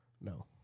No